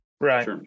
Right